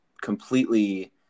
completely